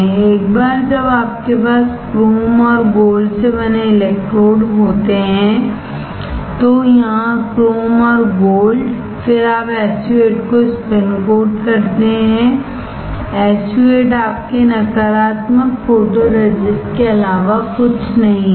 एक बार जब आपके पास क्रोम और गोल्ड से बने इलेक्ट्रोड होते हैं तो यहां क्रोम और गोल्ड फिर आप SU 8 को स्पिन कोट करते हैं SU 8 आपके नकारात्मक फोटोरेजिस्ट के अलावा कुछ नहीं है